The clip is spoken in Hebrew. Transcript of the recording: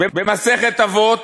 במסכת אבות,